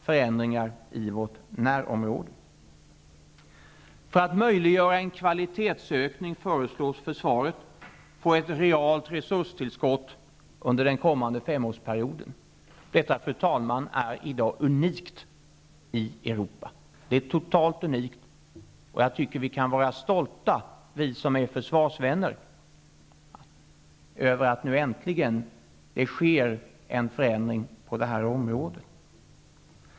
För att möjliggöra en kvalitetsökning föreslås försvaret få ett realt resurstillskott under den kommande femårsperioden. Detta är i dag unikt i Europa. Det är helt unikt. Jag tycket att vi kan vara stolta, vi som är försvarsvänner, över att det nu äntligen sker en förändring på detta område.